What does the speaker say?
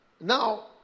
now